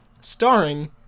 starring